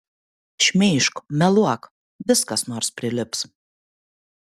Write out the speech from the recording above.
šmeižk meluok vis kas nors prilips